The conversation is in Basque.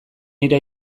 nire